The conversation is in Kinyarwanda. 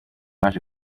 waje